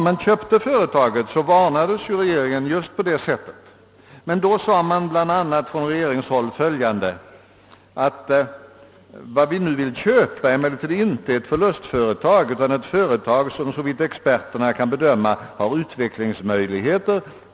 Ja, när företaget köptes varnades regeringen just för detta, men då sades i riksdagen från regeringshåll bl.a. följande: »Vad vi nu vill köpa är emellertid inte ett förlustföretag utan ett företag som såvitt experterna kan bedöma har utvecklingsmöjligheter.